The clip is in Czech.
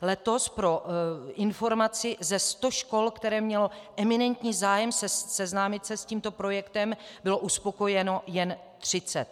Letos pro informaci ze sta škol, které měly eminentní zájem seznámit se s tímto projektem, bylo uspokojeno jen třicet.